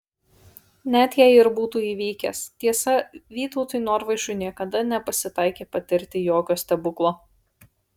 net jei ir būtų įvykęs tiesa vytautui norvaišui niekada nepasitaikė patirti jokio stebuklo